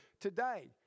Today